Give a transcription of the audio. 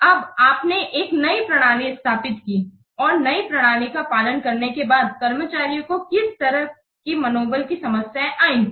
अब आपने एक नई प्रणाली स्थापित की और नई प्रणाली का पालन करने के बाद कर्मचारियों को किस तरह की मनोबल की समस्याएं आएंगी